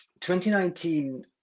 2019